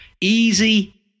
Easy